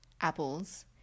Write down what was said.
apples